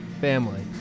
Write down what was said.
family